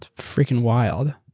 freaking wild.